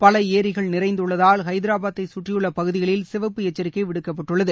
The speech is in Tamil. பல ஏரிகள் நிறைந்துள்ளதால் ஹைதராபாத்தை கற்றியுள்ள பகுதிகளில் சிவப்பு எச்சரிக்கை விடுக்கப்பட்டுள்ளது